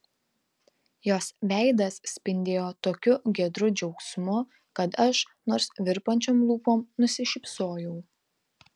jos veidas spindėjo tokiu giedru džiaugsmu kad aš nors virpančiom lūpom nusišypsojau